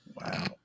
Wow